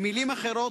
במלים אחרות,